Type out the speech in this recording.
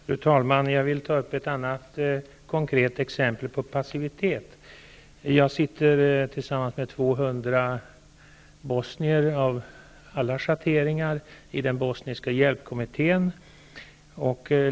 Fru talman! Jag vill ta upp ett annat konkret exempel på passivitet. Jag sitter tillsammans med 200 bosnier av alla schatteringar i den bosniska hjälpkommittén.